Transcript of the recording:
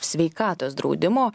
sveikatos draudimo